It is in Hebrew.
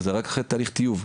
אבל זה רק אחרי תהליך טיוב,